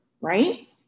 right